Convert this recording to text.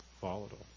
volatile